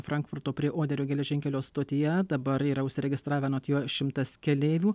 frankfurto prie oderio geležinkelio stotyje dabar yra užsiregistravę anot jo šimtas keleivių